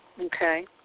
Okay